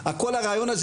כלומר עם מטען הידע